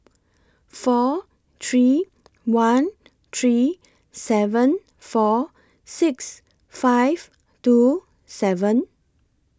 four three one three seven four six five two seven